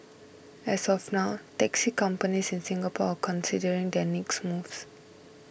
as of now taxi companies in Singapore considering their next moves